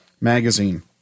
magazine